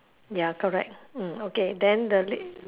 ya correct mm okay then the la~